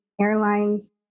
Airlines